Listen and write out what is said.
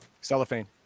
cellophane